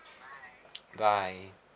bye